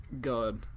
God